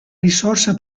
risorsa